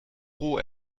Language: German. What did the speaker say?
roh